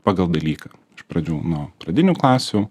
pagal dalyką iš pradžių nuo pradinių klasių